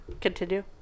Continue